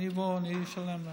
אני אשלם להם.